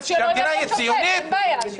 אז שלא יהיה שופט, אין בעיה.